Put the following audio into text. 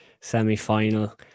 semi-final